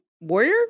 warrior